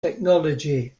technology